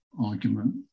argument